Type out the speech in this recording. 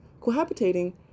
cohabitating